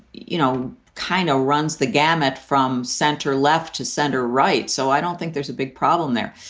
you know, kind of runs the gamut from center left to center right. so i don't think there's a big problem there.